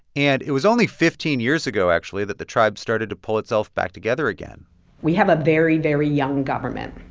and it was only fifteen years ago, actually, that the tribe started to pull itself back together again we have a very, very young government.